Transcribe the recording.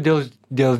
dėl dėl